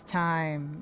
time